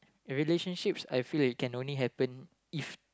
relationships I feel it can only happen